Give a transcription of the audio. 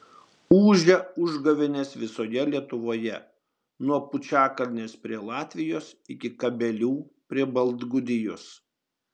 ūžia užgavėnės visoje lietuvoje nuo pučiakalnės prie latvijos iki kabelių prie baltgudijos